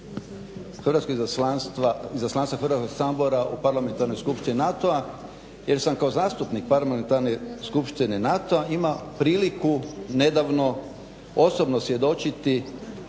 voditelj Izaslanstva Hrvatskog sabora u Parlamentarnoj skupštini NATO-a jer sam kao zastupnik Parlamentarne skupštine NATO-a imao priliku nedavno osobno svjedočiti